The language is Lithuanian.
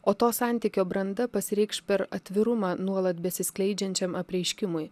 o to santykio branda pasireikš per atvirumą nuolat besiskleidžiančiam apreiškimui